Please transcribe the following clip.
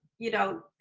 you know,